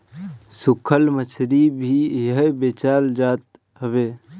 सुखल मछरी भी इहा बेचल जात हवे